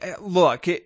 Look